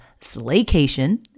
Slaycation